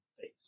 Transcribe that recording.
face